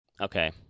Okay